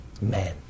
Man